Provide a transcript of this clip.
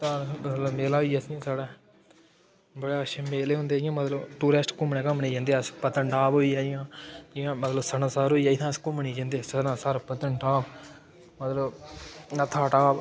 धार मेला होई आ सेई साढ़े बड़े अच्छे मेले होंदे इ'यां मतलब टूरिस्ट घूमने घामने ई जंदे अस पत्नीटाप होई आ जि'यां जि'यां मतलब सन्नासर होई आ जित्थै अस घूमने ई जंदे मतलब पत्नीटाप सन्नासर मतलब नत्थाटाप